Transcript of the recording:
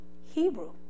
Hebrew